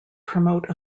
promote